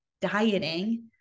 dieting